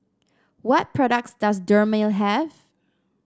what products does Dermale have